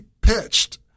pitched